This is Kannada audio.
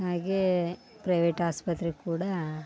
ಹಾಗೆ ಪ್ರೈವೇಟ್ ಆಸ್ಪತ್ರೆ ಕೂಡ